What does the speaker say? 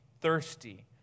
thirsty